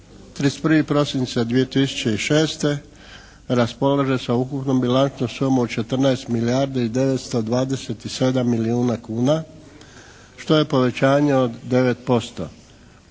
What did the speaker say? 31. prosinca 2006. raspolaže sa ukupnom bilancnom sumom 14 milijardi i 927 milijuna kuna što je povećanje od 9%.